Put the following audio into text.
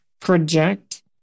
project